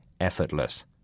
effortless